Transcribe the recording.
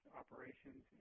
operations